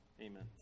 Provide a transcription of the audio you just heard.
Amen